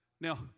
Now